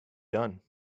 done